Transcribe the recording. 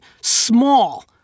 small